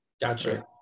Gotcha